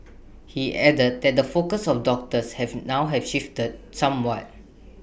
he added that the focus of doctors have now have shifted somewhat